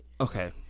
Okay